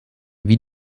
wie